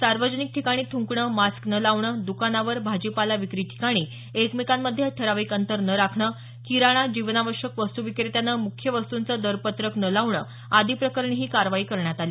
सार्वजनिक ठिकाणी थुंकणं मास्क न लावणं दुकानावर भाजीपाला विक्री ठिकाणी एकमेकांमध्ये ठरविक अंतर न राखणं किराणा जिवनावश्यक वस्तु विक्रेत्यानं मुख्य वस्तूंचे दरपत्रक न लावणं आदी प्रकरणी ही कारवाई करण्यात आली